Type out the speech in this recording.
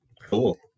Cool